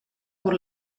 por